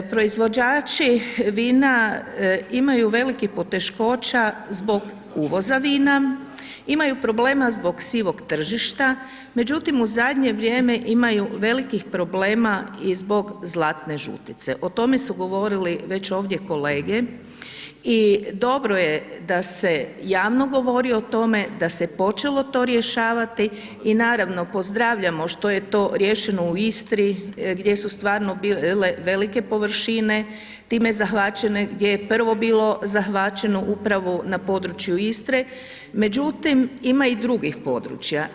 Proizvođači vina imaju velikih poteškoća zbog uvoza vina, imaju problema zbog sivog tržišta, međutim u zadnje vrijeme imaju velikih problema i zbog zlatne žutice, o tome su govorili već ovdje kolege, i dobro je da se javno govori o tome, da se počelo to rješavati, i naravno pozdravljamo što je to riješeno u Istri gdje su stvarno bile velike površine time zahvaćene, gdje je prvo bilo zahvaćeno upravo na području Istre, međutim ima i drugih područja.